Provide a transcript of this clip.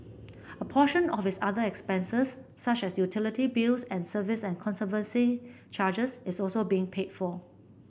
a portion of his other expenses such as utility bills and service and conservancy charges is also being paid for